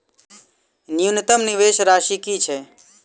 न्यूनतम निवेश राशि की छई?